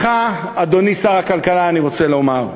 ולך, אדוני שר הכלכלה, אני רוצה לומר: